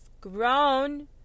grown